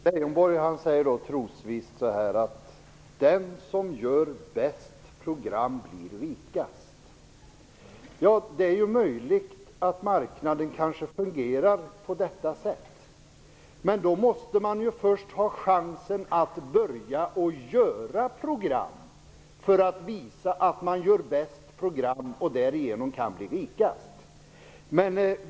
Fru talman! Lars Leijonborg säger trosvisst att den som gör bäst program blir rikast. Det är möjligt att marknaden fungerar på detta sätt. Men för att visa att man gör bäst program måste man först få en chans att göra program. Därigenom kan man bli rikast.